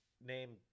name